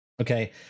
Okay